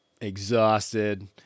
exhausted